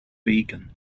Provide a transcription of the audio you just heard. vegan